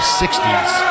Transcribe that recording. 60s